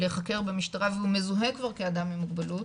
להיחקר במשטרה והוא מזוהה כבר כאדם עם מוגבלות